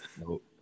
Nope